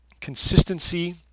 Consistency